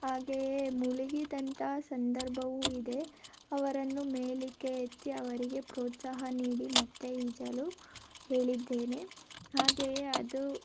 ಹಾಗೆಯೇ ಮುಳುಗಿದಂತಹ ಸಂದರ್ಭವು ಇದೆ ಅವರನ್ನು ಮೇಲಕ್ಕೆ ಎತ್ತಿ ಅವರಿಗೆ ಪ್ರೋತ್ಸಾಹ ನೀಡಿ ಮತ್ತೆ ಈಜಲು ಹೇಳಿದ್ದೇನೆ ಹಾಗೆಯೇ ಅದು